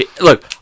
look